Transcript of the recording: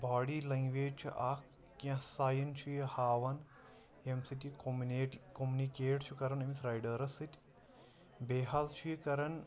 body language چھِ اَکھ کینٛہہ ساین چھُ یہِ ہاوان ییٚمہِ سۭتۍ یہِ کوٚمنیٹ کوٚمنِکیٹ چھُ کَران أمِس رایڈَرَس سۭتۍ بیٚیہِ حظ چھُ یہِ کَران